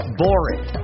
boring